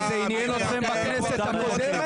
מי עיכב --- כמה זה עניין אתכם בכנסת הקודמת.